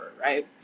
right